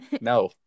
No